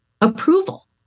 approval